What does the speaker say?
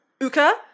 Uka